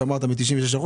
אמרת 96%,